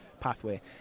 pathway